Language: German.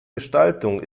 gestaltung